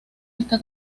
está